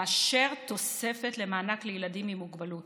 לאשר תוספת למענק לילדים עם מוגבלות